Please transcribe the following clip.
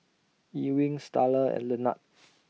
Ewing Starla and Lenard